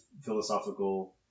philosophical